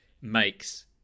makes